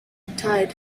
retired